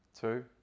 two